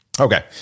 okay